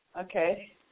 Okay